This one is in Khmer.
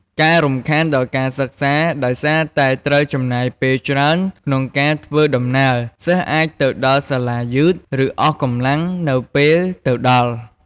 ការរំខានដល់ការសិក្សា ដោយសារតែត្រូវចំណាយពេលច្រើនក្នុងការធ្វើដំណើរ សិស្សអាចទៅដល់សាលាយឺត ឬអស់កម្លាំងនៅពេលទៅដល់។